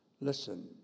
Listen